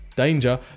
danger